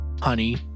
honey